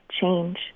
change